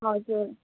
हजुर